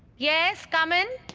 yes, come in.